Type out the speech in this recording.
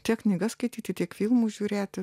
tiek knygas skaityti tiek filmus žiūrėti